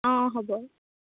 অঁ হ'ব